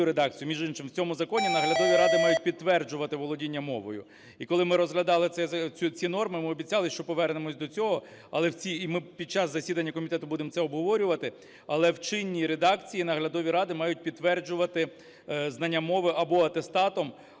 між іншим, в цьому законі наглядові ради мають підтверджувати володіння мовою. І коли ми розглядали ці норми, ми обіцяли, що повернемося до цього, але в цій… і ми під час засідання комітету будемо це обговорювати, але в чинній редакції наглядові ради мають підтверджувати знання мови або атестатом,